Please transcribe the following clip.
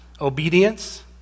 obedience